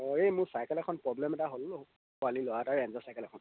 অঁ এই মোৰ চাইকেল এখন প্ৰবলেম এটা হ'ল পোৱালী ল'ৰা এটাৰ ৰেঞ্জৰ চাইকেল এখন